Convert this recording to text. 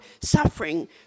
suffering